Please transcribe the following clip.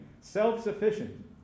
Self-sufficient